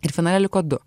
ir finale liko du